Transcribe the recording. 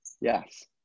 Yes